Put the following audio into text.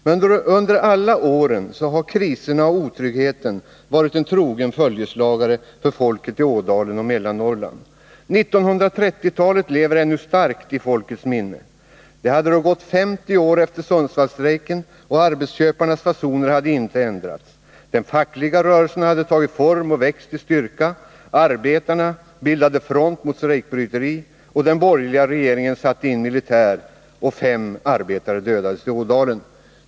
Men under alla åren har kriserna och otryggheten varit en trogen följeslagare åt folket i Ådalen och Mellannorrland. 1930-talet lever ännu starkt i folkets minne. Det hade då gått 50 år efter Sundsvallsstrejken, och arbetsköparnas fasoner hade inte ändrats. Den fackliga rörelsen hade tagit form och växt i styrka. Arbetarna bildade front mot strejkbryteri. Den borgerliga regeringen satte in militär, och fem arbetare dödades i Ådalen.